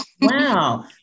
Wow